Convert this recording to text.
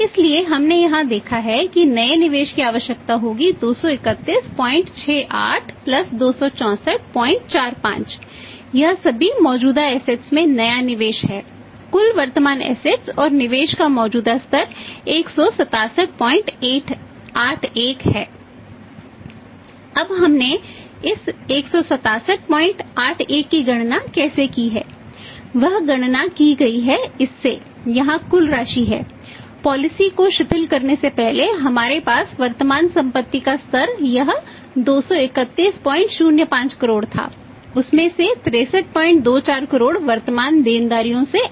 इसलिए हमने यहां देखा है कि नए निवेश की आवश्यकता होगी 23168 प्लस 26445 यह सभी मौजूदा असेट्स से है